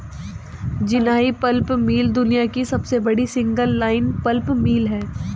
Jinhai pulp mill दुनिया की सबसे बड़ी सिंगल लाइन पल्प मिल है